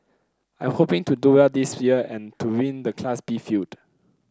I'm hoping to do well this year and to win the Class B field